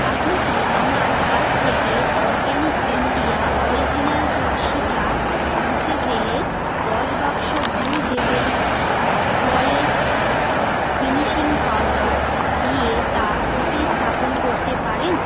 আপনি কি আমার কার্ট থেকে অরগ্যানিক ইন্ডিয়া ওরিজিনাল তুলসি চা মুছে ফেলে দশ বাক্স Blue Heaven flawless finishing powder দিয়ে তা প্রতিস্থাপন করতে পারেন